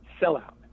sellout